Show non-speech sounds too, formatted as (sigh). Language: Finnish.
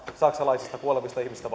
saksalaisista kuolevista ihmisistä (unintelligible)